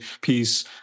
piece